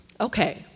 Okay